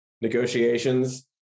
negotiations